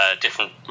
different